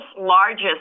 largest